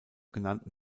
genannten